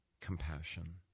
compassion